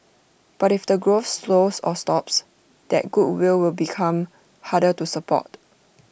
but if the growth slows or stops that goodwill will become harder to support